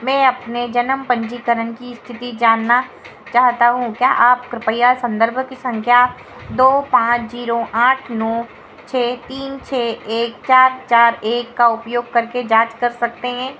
मैं अपने जन्म पन्जीकरण की इस्थिति जानना चाहता हूँ क्या आप कृपया सन्दर्भ सँख्या दो पाँच ज़ीरो आठ नौ छह तीन छह एक चार चार एक का उपयोग करके जाँच कर सकते हैं